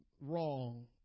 wrong